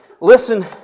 Listen